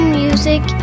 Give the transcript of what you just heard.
music